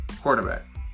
quarterback